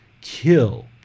kill